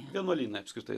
vienuolynai apskritai